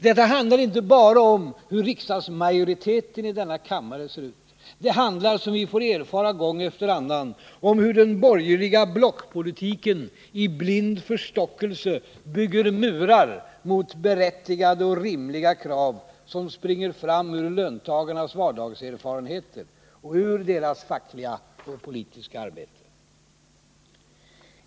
Detta handlar inte bara om hur riksdagsmajoriteten i denna kammare ser ut. Det handlar — som vi får erfara gång efter annan — om hur den borgerliga blockpolitiken i blind förstockelse bygger murar mot berättigade och rimliga krav som springer fram ur löntagarnas vardagserfarenheter och ur deras fackliga och politiska arbete.